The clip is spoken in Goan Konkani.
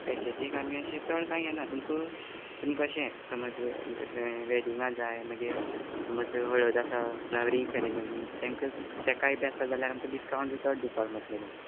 पॅकेजीक आमी अशें चड कांय घेना तुमक तुमकां अशें समज हें वॅडिंगां जाय मागीर समज हळद आसा जावं रींग सॅरिमनी तेंकां तेकाय बी आसा जाल्यार आमकां डिसकावण बी चड डिवपाक मेट्लें तुका